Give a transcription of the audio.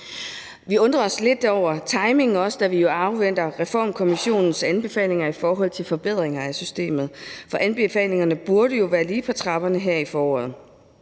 Vi undrer os også lidt over timingen, da vi jo afventer Reformkommissionens anbefalinger om forbedringer af systemet, for anbefalingerne burde jo være lige på trapperne her i foråret.